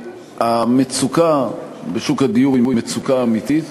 המצוקה בשוק הדיור היא מצוקה אמיתית.